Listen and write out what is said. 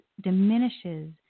diminishes